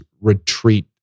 retreat